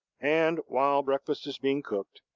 and, while breakfast is being cooked,